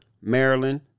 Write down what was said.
Maryland